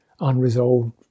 Unresolved